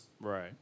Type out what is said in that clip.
Right